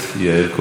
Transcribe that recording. אדוני השר,